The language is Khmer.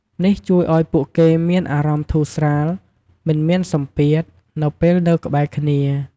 នេះជួយឲ្យពួកគេមានអារម្មណ៍ធូរស្រាល មិនមានសម្ពាធ នៅពេលនៅក្បែរគ្នា។